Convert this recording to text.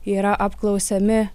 yra apklausiami